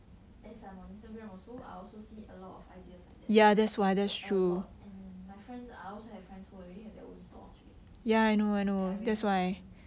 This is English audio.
as I'm on Instagram also I also see a lot of ideas like that a lot and my friends I also have friends who already have their own stores already they're already selling